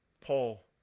Paul